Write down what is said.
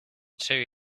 two